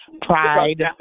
Pride